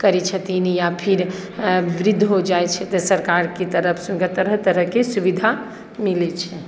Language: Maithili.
करै छथिन या फिर वृद्ध हो जाइ छै तऽ सरकार के तरफ सँ हुनका तरह तरह के सुविधा मिलै छै